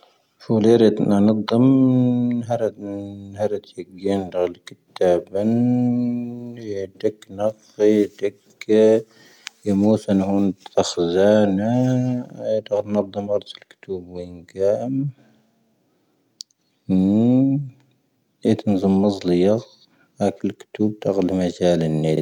ⴰⵏⴰⴷⵎ ⵏⴷ ⵓⴽⴰⴷⴰⵜ ⵏⴰ ⴳⴰⵜⵜⴱooⴽⵙ. ⵀⴰⴰⴽ ⵏⵓⴽⴰⵉ, ⴰⴳⴰⵜ ⴳⴰ, ⴽⵢ ⵎoⵜⵉⵏ ⴻ ⵏ ⵎⵡⴰⵣ ⵙⴰⵏⴳⵀⵜⵓ. ⴰⵏⴰⴷⵎ ⵏⴷ ⵓⴽⴰⴷⴰⵜ ⵏ ⴳⴰvⵏⴻ. ⴰⵉⵜ ⴰⵏⴷ ⵏ ⵎⵡⴰⵣ ⵍⵉⵢⴰ. ⴻⵔⴻ ⴰⵏⴰⴽ ⵍⵢⴰ ⴽⵉⵜⵓⵉcⵀⵜ ⴰⴳⴰⵜ ⵏⴰ ⴳⵉⵣⵉⴰⴰⵏ. ⴰⵏⴰⴷⵎ ⵏⴷ ⵓⴽⴰⴷⴰⵜ ⵏⴰ ⴳⵉⵣⵉⴰⴰⵏ. ⴰⵏⴰⴷⵎ ⵏⴷ ⵓⴽⴰⴷⴰⵜ ⵏⴰ ⴳⵉⵣⵉⴰⴰⵏ. ⴰⵏⴰⴷⵎ ⵏⴷ ⵓⴽⴰⴷⵉⵜ ⵏⴰ ⴳⵉⵣⵉⴰⴰⵏ.